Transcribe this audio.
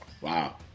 Wow